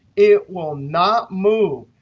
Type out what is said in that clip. it will not move.